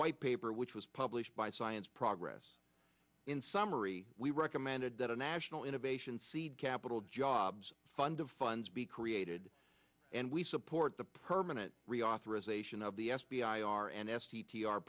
white paper which was published by science progress in summary we recommended that a national innovation seed capital jobs fund of funds be created and we support the permanent reauthorization of the f b i our n s t t r